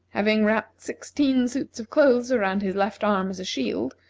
having wrapped sixteen suits of clothes around his left arm as a shield,